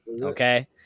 okay